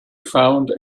found